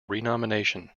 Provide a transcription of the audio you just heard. renomination